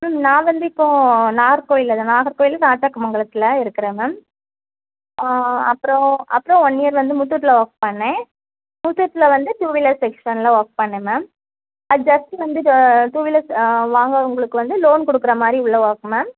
ma'am நான் வந்து இப்போது நாகர்கோவில்ல தான் மேம் நாகர்கோவிலு ராஜாக்கமங்கலத்தில் இருக்கிறேன் மேம் அப்புறம் அப்புறம் ஒன் இயர் வந்து முத்தூட்டில் ஒர்க் பண்ணேன் முத்தூட்டில் வந்து டூ வீலர் செக்ஷனில் ஒர்க் பண்ணேன் மேம் அது ஜஸ்ட்டு வந்து டூ வீலர்ஸ் வாங்குகிறவங்களுக்கு வந்து லோன் கொடுக்குற மாதிரி உள்ள ஒர்க் மேம்